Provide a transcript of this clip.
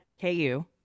KU